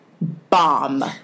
bomb